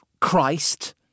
Christ –